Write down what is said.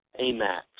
AMAX